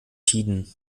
tiden